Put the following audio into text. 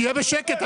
תהיה בשקט.